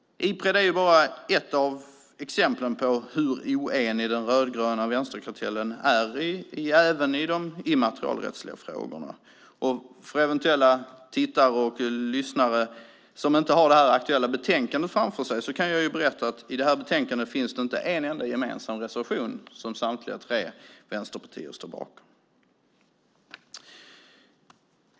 Ipred är bara ett exempel på hur oenig den rödgröna vänsterkartellen är även i de immaterialrättsliga frågorna. För eventuella tittare och lyssnare som inte har det aktuella betänkandet framför sig kan jag berätta att det i detta betänkande inte finns en enda reservation som samtliga tre vänsterpartier står bakom.